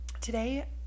today